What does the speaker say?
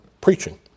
preaching